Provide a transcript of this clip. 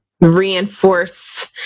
reinforce